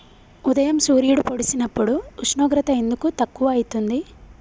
ఉదయం సూర్యుడు పొడిసినప్పుడు ఉష్ణోగ్రత ఎందుకు తక్కువ ఐతుంది?